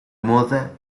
moda